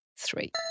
Three